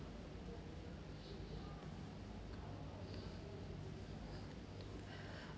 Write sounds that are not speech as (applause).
(breath)